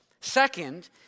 Second